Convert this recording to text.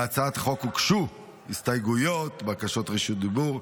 להצעת החוק הוגשו הסתייגויות ובקשות רשות דיבור.